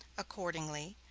accordingly,